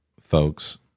folks